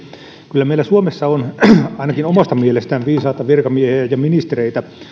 kyllä meillä suomessa on ainakin omasta mielestään viisaita virkamiehiä ja ministereitä